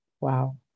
Wow